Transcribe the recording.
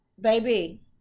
baby